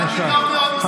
הבנתי טוב מאוד,